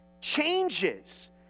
changes